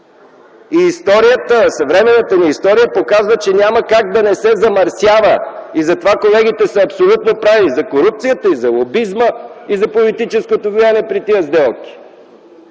орган. Съвременната ни история показва, че няма как да не се „замърсява”. Затова колегите са абсолютно прави – за корупцията, за лобизма, за политическото влияние при тези сделки.